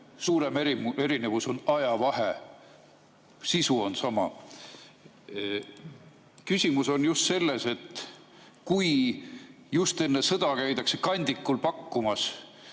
suurem erinevus on ajavahe. Sisu on sama. Küsimus on selles, et kui just enne sõda käiakse kandikul pakkumas,